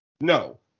No